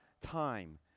time